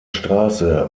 straße